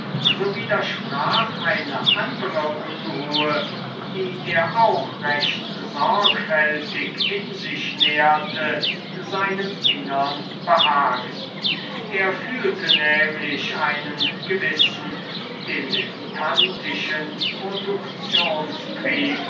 so widersprach eine andere unruhe die er auch recht sorgfältig in sich nährte seinem innern behagen er fühlte nämlich einen gewissen dilettantischen